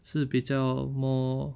是比较 more